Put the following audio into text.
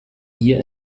hier